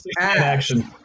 action